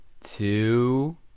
two